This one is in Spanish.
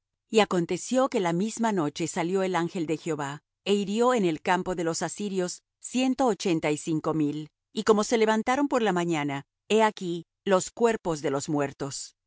y aconteció que la misma noche salió el ángel de jehová é hirió en el campo de los asirios ciento ochenta y cinco mil y como se levantaron por la mañana he aquí los cuerpos de los muertos